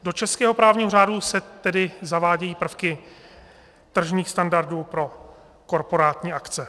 Do českého právního řádu se tedy zavádějí prvky tržních standardů pro korporátní akce.